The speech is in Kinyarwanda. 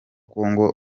congo